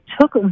took